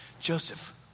Joseph